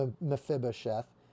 Mephibosheth